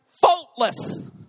faultless